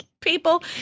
people